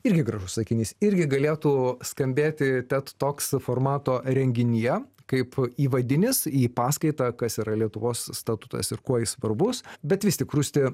irgi gražus sakinys irgi galėtų skambėti ted talks formato renginyje kaip įvadinis į paskaitą kas yra lietuvos statutas ir kuo jis svarbus bet vis tik rusti